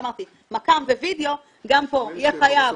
מקר"מ ווידיאו, גם פה, יהיה חייב --- מרצון,